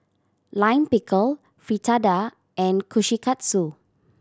Lime Pickle Fritada and Kushikatsu